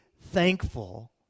thankful